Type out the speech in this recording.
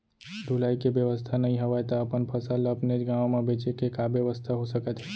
ढुलाई के बेवस्था नई हवय ता अपन फसल ला अपनेच गांव मा बेचे के का बेवस्था हो सकत हे?